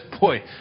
Boy